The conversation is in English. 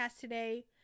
today